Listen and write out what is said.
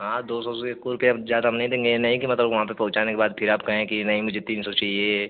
हाँ दो सौ से एकौ रुपया अब ज़्यादा हम नहीं देंगे ये नहीं कि मतलब वहाँ पे पहुँचाने के बाद फिर आप कहें कि नहीं मुझे तीन सौ चाहिए